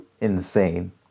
Insane